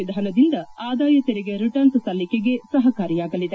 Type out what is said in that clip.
ವಿಧಾನದಿಂದ ಆದಾಯ ತೆರಿಗೆ ರಿಟರ್ನ್ನ್ ಸಲ್ಲಿಕೆಗೆ ಸಹಕಾರಿಯಾಗಲಿದೆ